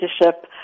leadership